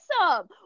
Awesome